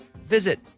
visit